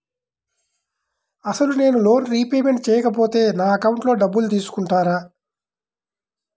అసలు నేనూ loan repayment చేయకపోతే నా అకౌంట్లో డబ్బులు తీసుకుంటారా?